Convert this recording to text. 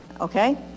Okay